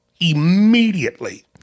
Immediately